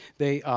they